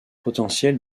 potentiel